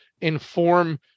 inform